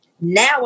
Now